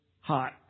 hot